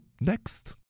next